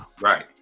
right